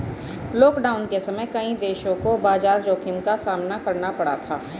lockdown के समय कई देशों को बाजार जोखिम का सामना करना पड़ा था